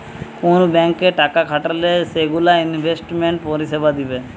কুন ব্যাংকে টাকা খাটালে সেগুলো ইনভেস্টমেন্ট পরিষেবা দিবে